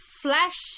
flash